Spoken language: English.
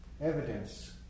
evidence